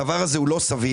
הדבר הזה לא סביר,